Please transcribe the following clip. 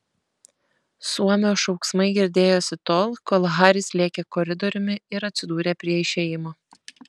suomio šauksmai girdėjosi tol kol haris lėkė koridoriumi ir atsidūrė prie išėjimo